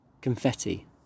Confetti